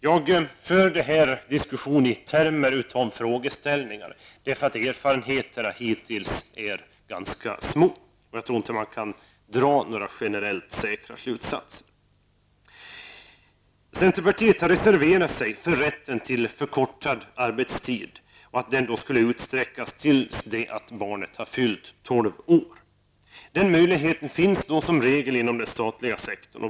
Jag för den här diskussionen utifrån frågeställningar eftersom erfarenheterna hittills är ganska små. Man kan nog inte dra några generellt säkra slutsatser. Centerpartiet har reserverat sig för rätten till förkortad arbetstid och för att den rätten skall utsträckas tills barnet har fyllt tolv år. Den möjligheten finns som regel inom den statliga sektorn.